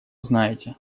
знаете